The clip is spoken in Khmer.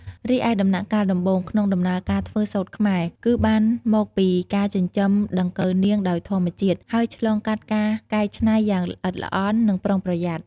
រីឯដំណាក់កាលដំបូង ក្នុងដំណើរការធ្វើសូត្រខ្មែរ គឺបានមកពីការចិញ្ចឹមដង្កូវនាងដោយធម្មជាតិ ហើយឆ្លងកាត់ការកែច្នៃយ៉ាងល្អិតល្អន់និងប្រុងប្រយ័ត្ន។